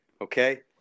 Okay